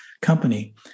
company